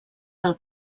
del